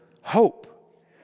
hope